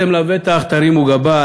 אתם לבטח תרימו גבה,